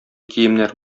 киемнәр